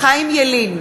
חיים ילין,